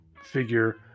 figure